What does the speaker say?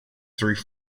through